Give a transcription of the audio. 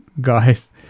guys